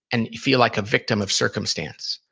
and you feel like a victim of circumstance.